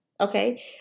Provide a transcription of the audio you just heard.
Okay